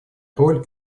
роль